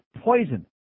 poison